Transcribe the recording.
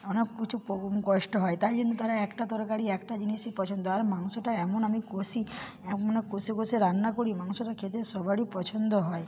অনেক প্রচুর পর কষ্ট হয় তাই জন্য তারা একটা তরকারি একটা জিনিসই পছন্দ আর মাংসটা এমন আমি কষি এমন কষে কষে রান্না করি মাংসটা খেতে সবারই পছন্দ হয়